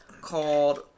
called